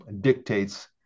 dictates